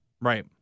Right